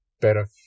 better